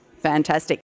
fantastic